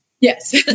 Yes